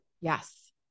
Yes